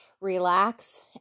relax